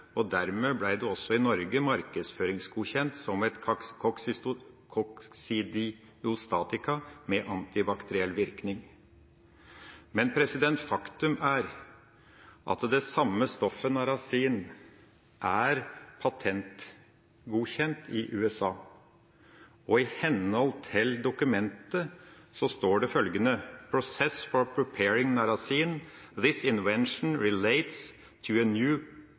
og dermed ble det også i Norge markedsføringsgodkjent som et koksidiostatikum med antibakteriell virkning. Men faktum er at det samme stoffet, narasin, er patentgodkjent i USA, og i henhold til dokumentet står det under punktet «Process for preparing narasin»: «This invention relates to a new